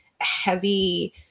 heavy